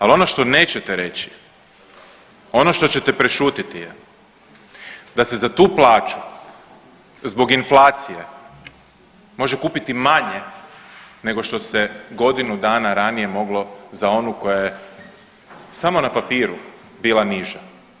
Ali, ono što nećete reći, ono što ćete prešutiti je da se za tu plaću zbog inflacije može kupiti manje nego što se godinu dana ranije moglo za onu koja je samo na papiru, bila niža.